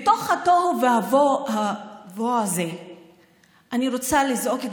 בתוך התוהו ובוהו הזה אני רוצה לזעוק את